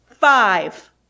five